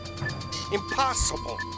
Impossible